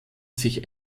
sich